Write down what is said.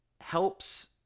helps